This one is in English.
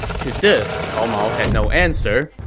to this, cao mao had no answer,